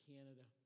Canada